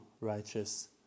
righteous